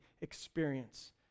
experience